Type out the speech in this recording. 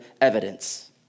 evidence